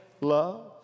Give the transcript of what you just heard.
love